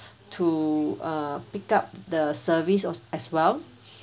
to err pick up the service al~ as well